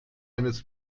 eines